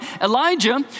Elijah